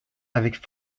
avec